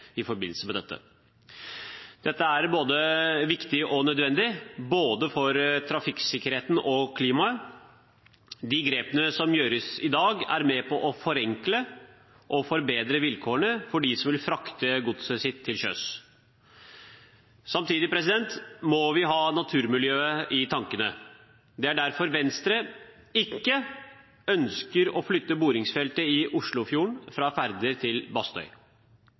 i forbindelse med dette. Dette er viktig og nødvendig, både for trafikksikkerheten og for klimaet. De grepene som gjøres i dag, er med på å forenkle og forbedre vilkårene for dem som vil frakte godset sitt til sjøs. Samtidig må vi ha naturmiljøet i tankene. Det er derfor Venstre ikke ønsker å flytte bordingsfeltet i Oslofjorden fra Færder til